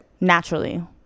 naturally